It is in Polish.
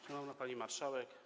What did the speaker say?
Szanowna Pani Marszałek!